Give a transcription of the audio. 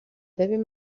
ببین